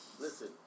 Listen